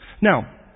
Now